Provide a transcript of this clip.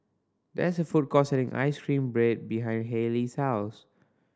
there is a food court selling ice cream bread behind Hailey's house